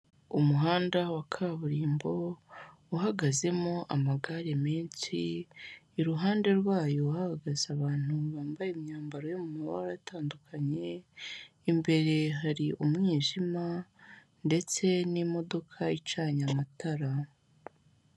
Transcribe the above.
Umuhanda wa kaburimbo uhagazemo amagare menshi, iruhande rwayo hahagaze abantu bambaye imyambaro yo mu mabara atandukanye, imbere hari umwijime ndetse n'imodoka icyanye amatara.